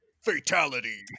Fatality